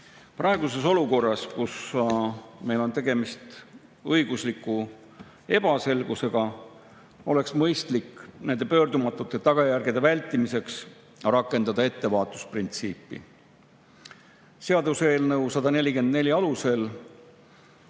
Praeguses olukorras, kus meil on tegemist õigusliku ebaselgusega, oleks mõistlik pöördumatute tagajärgede vältimiseks rakendada ettevaatusprintsiipi. Seaduseelnõu 144 alusel